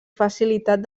facilitat